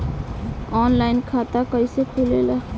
Online खाता कइसे खुलेला?